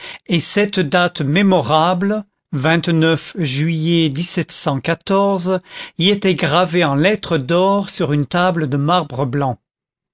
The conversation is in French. et cette date mémorable juillet y était gravée en lettres d'or sur une table de marbre blanc